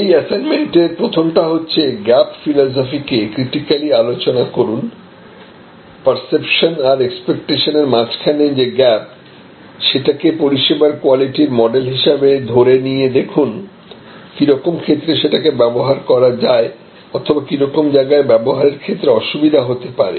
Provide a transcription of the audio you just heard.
এই অ্যাসাইনমেন্টের প্রথমটা হচ্ছে গ্যাপ ফিলোজফি কে ক্রিটিক্যালি আলোচনা করুন পার্সেপশন আর এক্সপেক্টেশন এর মাঝখানে যে গ্যাপ সেটাকে পরিষেবার কোয়ালিটির মডেল হিসাবে ধরে নিয়ে দেখুন কি রকম ক্ষেত্রে সেটাকে ব্যবহার করা যায় অথবা কি রকম জায়গায় ব্যবহারের ক্ষেত্রে অসুবিধা হতে পারে